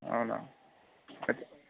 అవునా